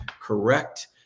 correct